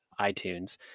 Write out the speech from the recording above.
iTunes